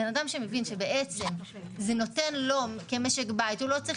אדם שמבין שזה נותן לו כמשק בית הוא לא צריך